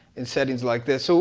in settings like this. so,